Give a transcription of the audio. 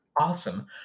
awesome